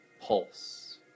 Pulse